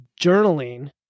journaling